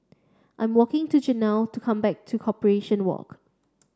I'm walking to Jonell to come back to Corporation Walk